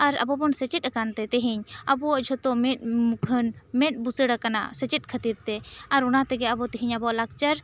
ᱟᱨ ᱟᱵᱚ ᱵᱚᱱ ᱥᱮᱪᱮᱫ ᱟᱠᱟᱱ ᱛᱮ ᱛᱮᱦᱮᱧ ᱟᱵᱚ ᱡᱷᱚᱛᱚ ᱢᱮᱫ ᱢᱩᱠᱷᱟᱹᱱ ᱢᱮᱫ ᱵᱩᱥᱟᱹᱲ ᱟᱠᱟᱱᱟ ᱥᱮᱪᱮᱫ ᱠᱷᱟᱹᱛᱤᱨ ᱛᱮ ᱟᱨ ᱚᱱᱟ ᱛᱮᱜᱮ ᱟᱵᱚ ᱛᱮᱦᱮᱧ ᱟᱵᱚᱣᱟᱜ ᱞᱟᱠᱪᱟᱨ